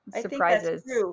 surprises